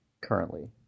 currently